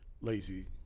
lazy